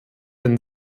ein